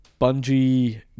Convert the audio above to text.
Bungie